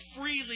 freely